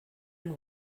and